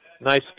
Nice